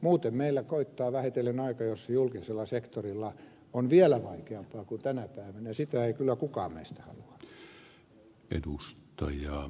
muuten meillä koittaa vähitellen aika jolloin julkisella sektorilla on vielä vaikeampaa kuin tänä päivänä ja sitä ei kyllä kukaan meistä etuus toi jo